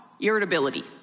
irritability